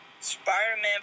Spider-Man